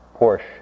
Porsche